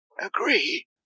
Agree